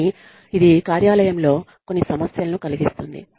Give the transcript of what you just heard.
కానీ ఇది కార్యాలయంలో కొన్ని సమస్యలను కలిగిస్తుంది